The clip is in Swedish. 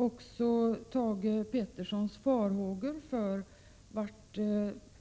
Också Thage G Petersons farhågor för vart